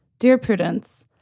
dear prudence,